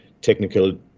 technical